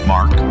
Mark